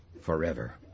Forever